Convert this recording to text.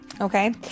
okay